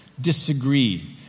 disagree